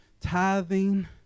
tithing